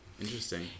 Interesting